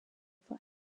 flat